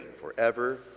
forever